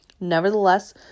Nevertheless